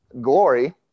glory